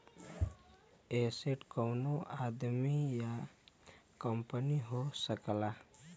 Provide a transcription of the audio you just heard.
asset कउनो आदमी या कंपनी हो सकला